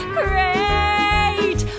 great